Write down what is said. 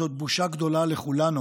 זאת בושה גדולה לכולנו,